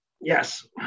Yes